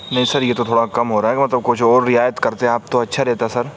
نہیں سر یہ تو تھوڑا کم ہو رہا ہے مطلب کچھ اور رعایت کرتے آپ تو اچھا رہتا سر